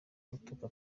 gutuka